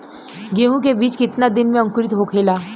गेहूँ के बिज कितना दिन में अंकुरित होखेला?